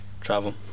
travel